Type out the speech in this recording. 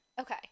Okay